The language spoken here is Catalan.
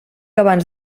abans